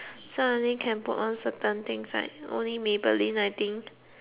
so I only can put on certain things like only Maybelline I think